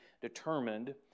determined